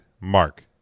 Mark